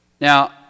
Now